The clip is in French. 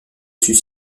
suis